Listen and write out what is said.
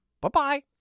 Bye-bye